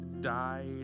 died